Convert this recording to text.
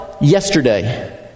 yesterday